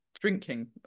drinking